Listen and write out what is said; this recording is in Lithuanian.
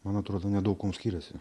man atrodo nedaug kuom skiriasi